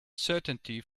certainty